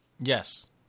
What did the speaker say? Yes